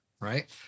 right